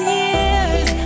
years